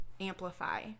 Amplify